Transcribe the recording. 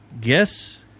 Guess